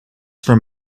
from